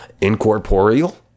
incorporeal